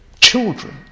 Children